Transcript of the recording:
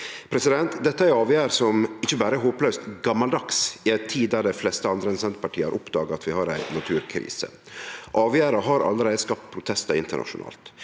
Nederland. Dette er ei avgjerd som ikkje berre er håplaust gamaldags i eit tid der dei fleste andre enn Senterpartiet har oppdaga at vi har ei naturkrise. Avgjerda har allereie skapt protestar internasjonalt,